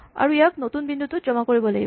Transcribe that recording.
আৰু ইয়াক নতুন বিন্দুটোত জমা কৰিব লাগিব